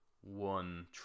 one